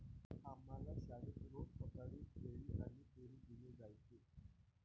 आम्हाला शाळेत रोज सकाळी केळी आणि पेरू दिले जायचे